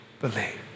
believe